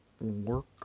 Work